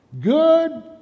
Good